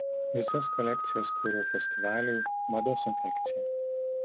visas kolekcijas kūriau festivaliui mados infekcija